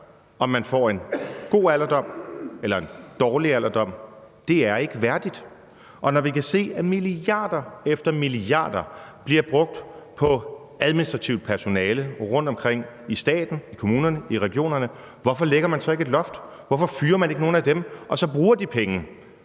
om man får en god alderdom eller en dårlig alderdom, er ikke værdigt. Og når vi kan se, at milliarder efter milliarder bliver brugt på administrativt personale rundtomkring i staten, i kommunerne, i regionerne, hvorfor lægger man så ikke et loft, hvorfor fyrer man så ikke nogle af dem og bruger de penge